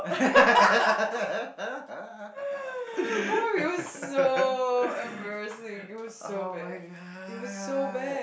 [oh]-my-god